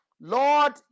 Lord